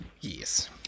Yes